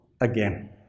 again